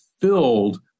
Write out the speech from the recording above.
filled